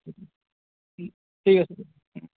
ঠিক আছে